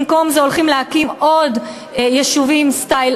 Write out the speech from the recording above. במקום זה הולכים להקים עוד יישובים סטייל